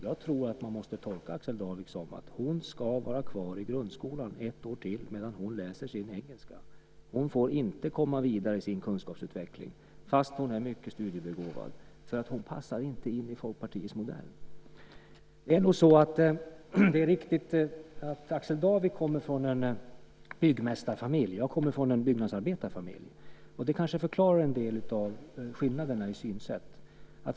Jag tror att man måste tolka Axel Darvik som att hon ska vara kvar i grundskolan ett år till medan hon läser sin engelska. Hon får inte komma vidare i sin kunskapsutveckling, fast hon är mycket studiebegåvad, för hon passar inte in i Folkpartiets modell. Det är nog riktigt att Axel Darvik kommer från en byggmästarfamilj. Jag kommer från en byggnadsarbetarfamilj, och det kanske förklarar en del av skillnaderna i synsätt.